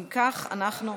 אם כך, אנחנו,